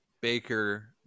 Baker